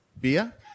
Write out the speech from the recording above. beer